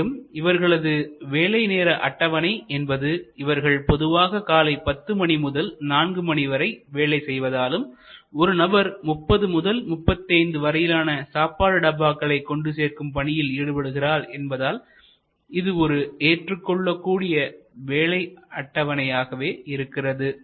மேலும் இவர்களது வேலை நேர அட்டவணை என்பது இவர்கள் பொதுவாக காலை 10 மணி முதல் 4 மணி வரை வேலை செய்வதாலும் ஒரு நபர் 30 முதல் 35 வரையிலான சாப்பாடு டப்பாக்களை கொண்டு சேர்க்கும் பணியில் ஈடுபடுகிறார் என்பதால் இது ஒரு ஏற்றுக்கொள்ளக்கூடிய வேலை அட்டவணை ஆகவே இருக்கிறது